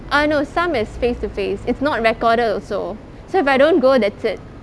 oh no some is face to face it's not recorded also so if I don't go that's it